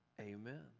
Amen